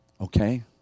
okay